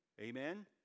Amen